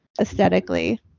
aesthetically